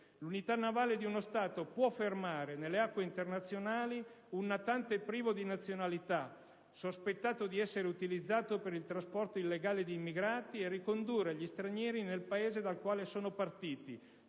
l'unità navale di uno Stato può fermare, nelle acque internazionali, un natante privo di nazionalità sospettato di essere utilizzato per il trasporto illegale di immigrati e può ricondurre gli stranieri nel Paese dal quale sono partiti